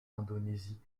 indonésie